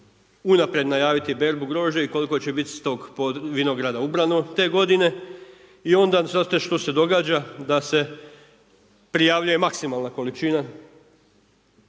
unaprijed najaviti berbu grožđa i koliko će biti s tog vinograda ubrano te godine i onda znate što se događa, da se prijavljuje maksimalna količina